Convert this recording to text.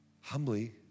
Humbly